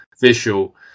visual